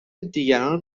دیگران